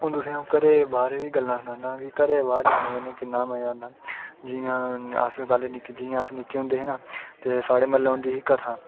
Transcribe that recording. हून तुसेंई अ'ऊं घरै दे बाह्रै दियां गल्लां सनान्नां के घरै दे बाह्र जाने कन्नै किन्ना मजा औंदा जि'यां अस पैह्ले निक्के जि'यां अस निक्के होंदे न ते साढ़ै म्हल्लै होंदी ही कथा